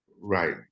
right